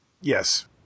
Yes